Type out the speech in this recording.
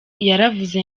yaravuze